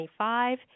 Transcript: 25